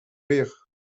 rire